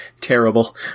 terrible